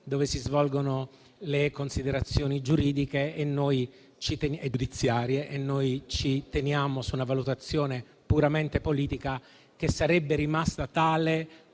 dove si svolgono le considerazioni giuridiche e giudiziarie e noi ci manteniamo su una valutazione puramente politica che sarebbe rimasta tale